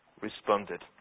responded